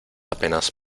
apenas